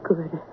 Good